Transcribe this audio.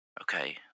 Okay